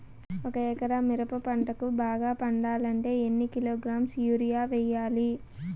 ఒక ఎకరా మిరప పంటకు బాగా పండాలంటే ఎన్ని కిలోగ్రామ్స్ యూరియ వెయ్యాలి?